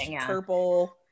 purple